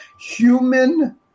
human